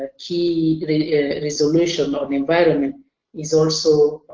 key resolutions on the environment is also